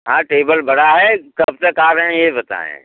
हाँ टेबल बड़ा है कब तक आ रहे हैं ये बताएं